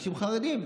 אנשים חרדים.